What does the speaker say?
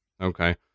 Okay